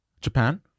Japan